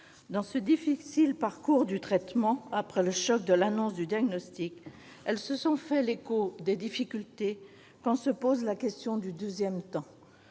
Dans ce difficile parcours du traitement, après le choc de l'annonce du diagnostic, elles se sont fait l'écho des difficultés quand se pose la question du deuxième temps,